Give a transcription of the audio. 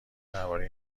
درباره